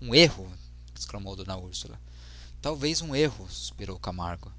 um erro exclamou d úrsula talvez um erro suspirou camargo